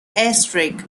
asterisk